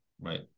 right